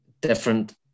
different